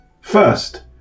First